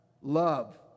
Love